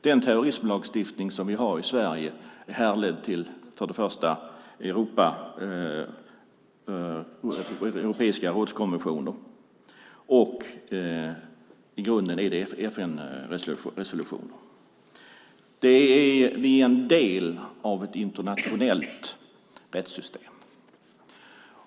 Den terroristlagstiftning som vi har i Sverige kan härledas till europeiska rådskonventioner, och i grunden är det FN-resolutioner. Vi är en del av ett internationellt rättssystem.